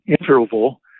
interval